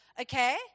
okay